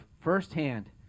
firsthand